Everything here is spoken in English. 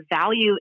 value